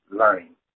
learning